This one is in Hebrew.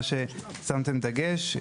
מה ששמתם דגש,